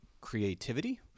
creativity